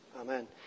Amen